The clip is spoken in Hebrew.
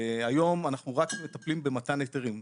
היום אנחנו רק מטפלים במתן היתרים.